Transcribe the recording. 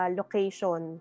location